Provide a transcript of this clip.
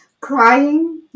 crying